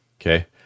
Okay